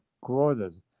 quarters